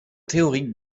théorique